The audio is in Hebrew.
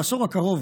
בעשור הקרוב,